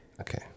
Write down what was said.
Okay